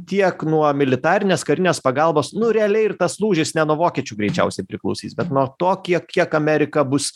tiek nuo militarinės karinės pagalbos nu realiai ir tas lūžis ne nuo vokiečių greičiausiai priklausys bet nuo to kiek kiek amerika bus